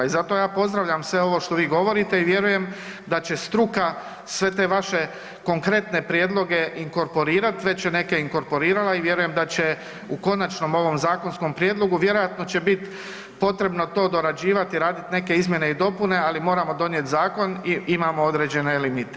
I zato ja pozdravljam sve ovo što vi govorite i vjerujem da će struka sve te vaše konkretne prijedloge inkorporirati, već je neke inkorporirala i vjerujem da će u konačnom ovom zakonskom prijedlogu vjerojatno će biti potrebno to dorađivati, raditi neke izmjene i dopune ali moramo donijeti zakon i imamo određene limite.